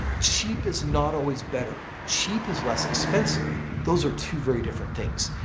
cheap is not always better cheap is less expensive. those are two very different things.